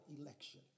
election